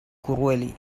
cruelly